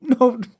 No